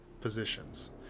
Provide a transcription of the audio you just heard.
positions